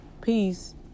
Peace